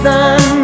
Sun